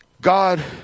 God